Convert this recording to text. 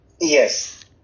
Yes